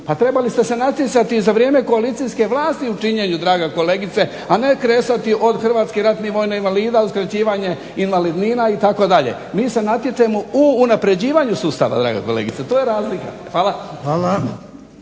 A trebali ste se natjecati za vrijeme koalicijske vlasti u činjenju draga kolegice, a ne kresati od hrvatskih ratnih vojnih invalida, uskraćivanje invalidnina itd. Mi se natječemo u unapređivanju sustava draga kolegice, to je razlika. Hvala.